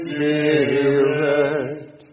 Spirit